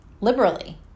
liberally